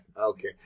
Okay